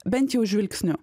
bent jau žvilgsniu